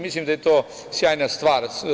Mislim da je to sjajna stvar.